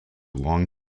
long